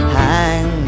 hang